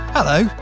Hello